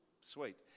sweet